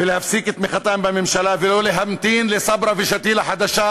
ולהפסיק את תמיכתן בממשלה ולא להמתין לסברה ושתילה חדשה,